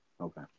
Okay